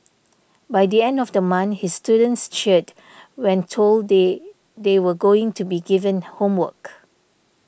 by the end of the month his students cheered when told they they were going to be given homework